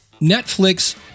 Netflix